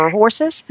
horses